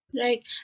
Right